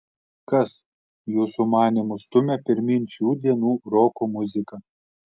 kas jūsų manymu stumia pirmyn šių dienų roko muziką